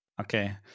Okay